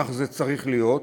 וכך זה צריך להיות,